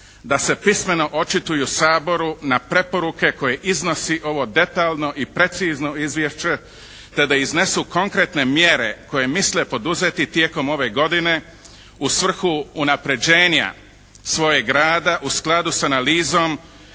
da se pismeno očituju Saboru na preporuke koje iznosi ovo detaljno i precizno izvješće te da iznesu konkretne mjere koje misle poduzeti tijekom ove godine u svrhu unapređenja svojeg rada u skladu s analizom